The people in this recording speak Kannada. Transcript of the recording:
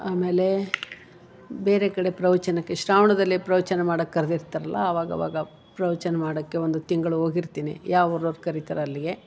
ಆಮೇಲೆ ಬೇರೆ ಕಡೆ ಪ್ರವಚನಕ್ಕೆ ಶ್ರಾವಣದಲ್ಲಿ ಪ್ರವಚನ ಮಾಡಕ್ಕೆ ಕರ್ದಿರ್ತಾರಲ್ಲ ಅವಾಗ ಅವಾಗ ಪ್ರವಚನ ಮಾಡಕ್ಕೆ ಒಂದು ತಿಂಗಳು ಹೋಗಿರ್ತಿನಿ ಯಾವ ಊರು ಅವ್ರು ಕರಿತಾರೆ ಅಲ್ಲಿಗೆ